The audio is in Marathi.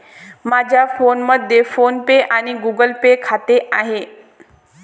माझ्या फोनमध्ये फोन पे आणि गुगल पे खाते आहे